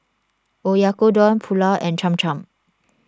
Oyakodon Pulao and Cham Cham